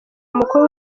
mukuru